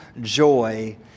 joy